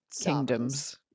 Kingdoms